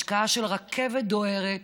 השקעה של רכבת דוהרת